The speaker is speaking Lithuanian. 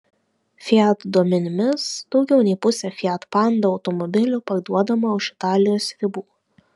fiat duomenimis daugiau nei pusė fiat panda automobilių parduodama už italijos ribų